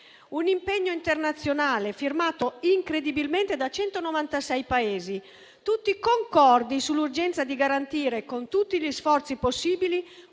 un impegno internazionale firmato incredibilmente da 196 Paesi, tutti concordi sull'urgenza di garantire con tutti gli sforzi possibili